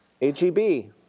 H-E-B